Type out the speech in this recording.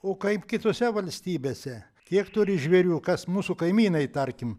o kaip kitose valstybėse kiek turi žvėrių kas mūsų kaimynai tarkim